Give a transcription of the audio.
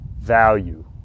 value